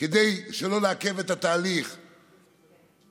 כדי שלא לעכב את התהליך מבחינתנו,